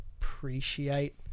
appreciate